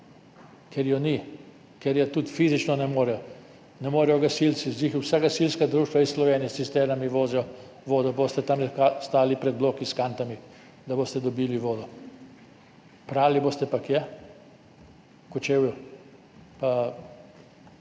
ker je ni, ker je tudi fizično ne morejo. Ne morejo gasilci, vsa gasilska društva iz Slovenije s cisternami vozijo vodo, boste tamle stali pred bloki s kantami, da boste dobili vodo. Prali boste pa – kje? V Kočevju?